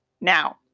Now